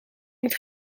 moet